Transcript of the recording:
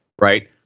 right